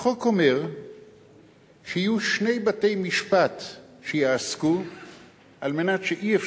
החוק אומר שיהיו שני בתי-משפט שיעסקו על מנת שלא יהיה